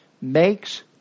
makes